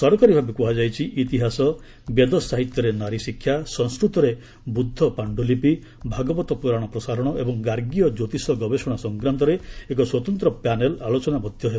ସରକାରୀଭାବେ କୁହାଯାଇଛି ଇତିହାସ ବେଦ ସାହିତ୍ୟରେ ନାରୀଶିକ୍ଷା ସଂସ୍କୃତରେ ବୁଦ୍ଧ ପାଶ୍ଚୁଲିପି ଭାଗବତ ପୁରାଣ ପ୍ରସାରଣ ଏବଂ ଗାର୍ଗୀୟ କ୍ୟୋତିଷ ଗବେଷଣା ସଂକ୍ରାନ୍ତରେ ଏକ ସ୍ୱତନ୍ତ୍ର ପ୍ୟାନେଲ ଆଲୋଚନା ମଧ୍ୟ ହେବ